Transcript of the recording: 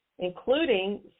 including